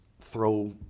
throw